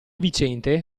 viciente